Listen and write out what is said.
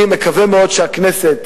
אני מקווה מאוד שהכנסת,